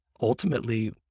ultimately